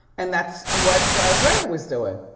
and that's what draya was doing.